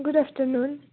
good afternoon